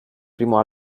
primo